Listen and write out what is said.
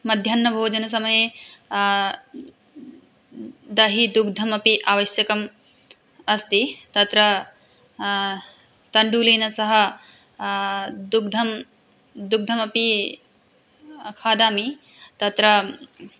मध्याह्नभोजनसमये दहि दुग्धम् अपि आवश्यकम् अस्ति तत्र तण्डुलेन सह दुग्धं दुग्धम् अपि खादामि तत्र